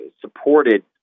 supported